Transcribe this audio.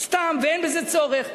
סתם, ואין בזה צורך.